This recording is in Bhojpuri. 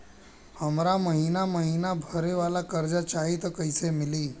हमरा महिना महीना भरे वाला कर्जा चाही त कईसे मिली?